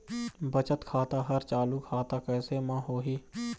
बचत खाता हर चालू खाता कैसे म होही?